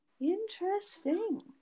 Interesting